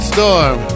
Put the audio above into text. Storm